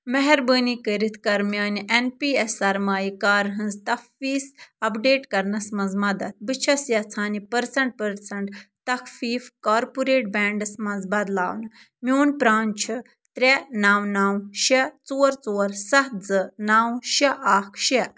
مہربٲنی کٔرتھ کر میانہِ این پی ایس سرمایہ کٲری ہٕنٛز تفویض اپڈیٹ کرنس منٛز مدتھ بہٕ چھَس یژھان یہ پٔرسَنٹ پٔرسَنٹ تخفیٖف کارپوریٹ بینڈَس منٛز بدلاوٕنۍ میون پران چھِ ترٛےٚ نَو نَو شےٚ ژور ژور سَتھ زٕ نَو شےٚ اَکھ شےٚ